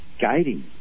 guiding